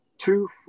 Two